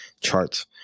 charts